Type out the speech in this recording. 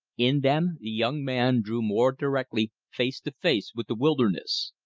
in them the young man drew more directly face to face with the wilderness.